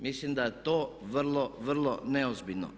Mislim da je to vrlo, vrlo neozbiljno.